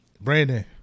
Brandon